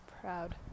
proud